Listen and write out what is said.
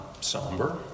somber